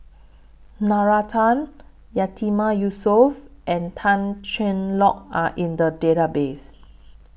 Nalla Tan Yatiman Yusof and Tan Cheng Lock Are in The Database